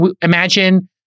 imagine